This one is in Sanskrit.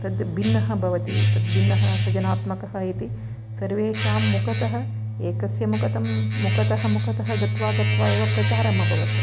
तद्भिन्नः भवति तद्भिन्नः सृजनात्मकः इति सर्वेषां मुखतः एकस्य मुखतः मुखतः गत्वा गत्वा एव प्रचारमभवत्